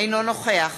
אינו נוכח